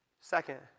Second